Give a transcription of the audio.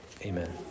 Amen